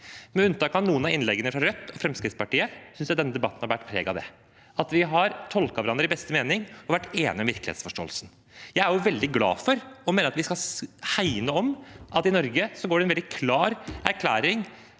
Med unntak av noen av innleggene fra Rødt og Fremskrittspartiet synes jeg denne debatten har båret preg av det, at vi har tolket hverandre i beste mening og vært enige om virkelighetsforståelsen. Jeg er veldig glad for og mener at vi skal hegne om at i Norge er det en klar erklæring